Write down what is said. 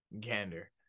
gander